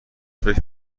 فکر